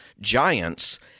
giants